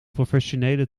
professionele